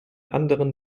anderen